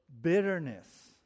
bitterness